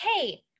hey